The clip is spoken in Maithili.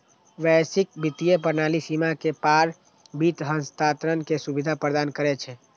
वैश्विक वित्तीय प्रणाली सीमा के पार वित्त हस्तांतरण के सुविधा प्रदान करै छै